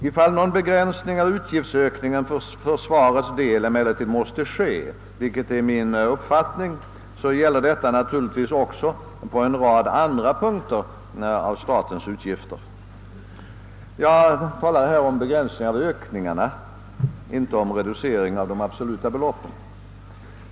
Ifall någon begränsning av utgiftsökningen för försvarets del emellertid måste ske, vilket är min uppfattning, gäller detta naturligtvis också på en rad andra punkter av statens utgifter — jag talar här om begränsning av ökningarna, inte om reducering av de absoluta beloppen.